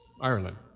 Ireland